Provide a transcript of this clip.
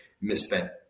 misspent